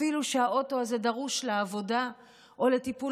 אפילו שהאוטו הזה דרוש לעבודה או לטיפול